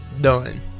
done